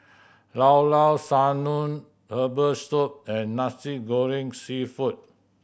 Llao Llao Sanum herbal soup and Nasi Goreng Seafood